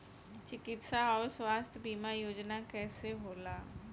चिकित्सा आऊर स्वास्थ्य बीमा योजना कैसे होला?